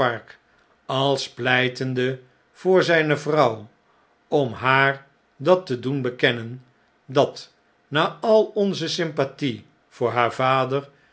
als pleitende voor zjjne vrouw om haar dat te doen bekennen dat na al onze sympathie voor haar vader